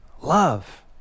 Love